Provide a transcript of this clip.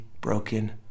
broken